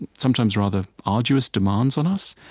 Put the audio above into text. sometimes rather arduous demands on us,